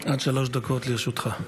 עד שלוש דקות לרשותך.